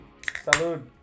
Salud